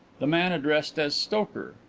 the man addressed as stoker,